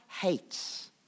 hates